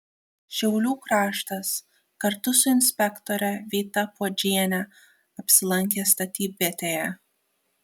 šiaulių kraštas kartu su inspektore vyta puodžiene apsilankė statybvietėje